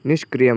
निष्क्रियम्